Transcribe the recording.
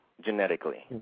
genetically